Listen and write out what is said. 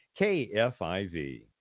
kfiv